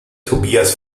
tobias